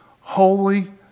holy